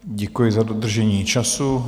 Děkuji za dodržení času.